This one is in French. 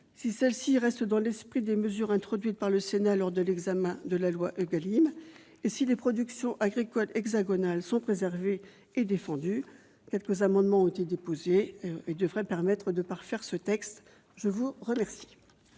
si celle-ci reste dans l'esprit des mesures introduites par le Sénat lors de l'examen de la loi Égalim et si les productions agricoles hexagonales sont préservées et défendues. Quelques amendements ont été déposés, dont l'adoption devrait permettre de parfaire ce texte. La parole